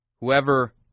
Whoever